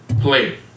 play